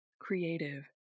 creative